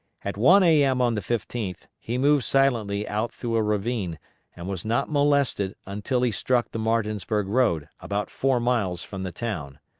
at one a m. on the fifteenth, he moved silently out through a ravine and was not molested until he struck the martinsburg road, about four miles from the town.